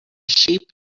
sheep